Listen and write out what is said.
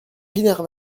pinard